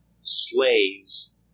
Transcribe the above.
slaves